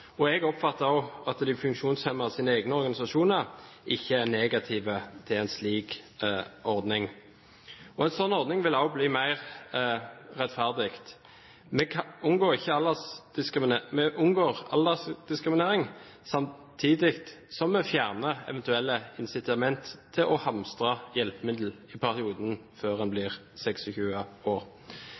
Jeg oppfatter også at de funksjonshemmedes egne organisasjoner ikke er negative til en slik ordning. En slik ordning vil også bli mer rettferdig. Vi unngår aldersdiskriminering, samtidig som vi fjerner eventuelle incitament til å hamstre hjelpemidler i perioden før en blir 26 år.